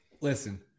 listen